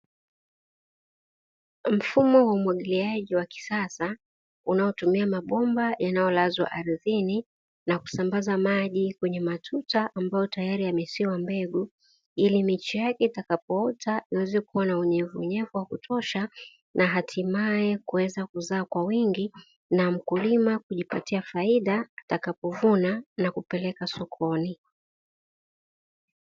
Mfumo wa umwagiliaji wa kisasa, unaotumia mabomba yanayolazwa ardhini na kusambaza maji kwenye matuta; ambayo tayari yamesiwa mbegu ili miche yake itakapoota iweze kuwa na unyevunyevu wa kutosha, na hatimaye kuweza kuzaa kwa wingi na mkulima kujipatia faida atakapovuna na kupeleka sokoni.